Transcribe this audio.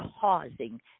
causing